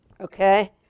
okay